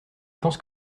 penses